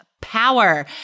power